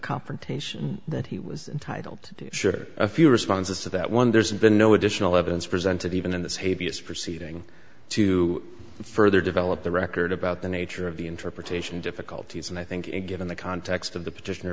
confrontation that he was titled sure a few responses to that one there's been no additional evidence presented even in the save us proceeding to further develop the record about the nature of the interpretation difficulties and i think and given the context of the petition